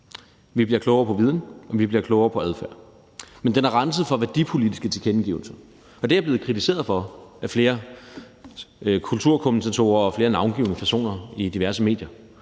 Vi bliver klogere på viden, og vi bliver klogere på adfærd, men den er renset for værdipolitiske tilkendegivelser, og det er jeg blevet kritiseret for af flere kulturkommentatorer og flere navngivne personer i diverse medier.